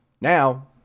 Now